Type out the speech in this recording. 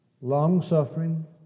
long-suffering